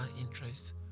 interests